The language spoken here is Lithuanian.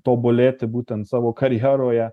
tobulėti būtent savo karjeroje